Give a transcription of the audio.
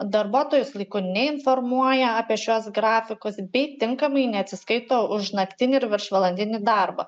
darbuotojus laiku neinformuoja apie šiuos grafikus bei tinkamai neatsiskaito už naktinį ir viršvalandinį darbą